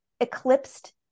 eclipsed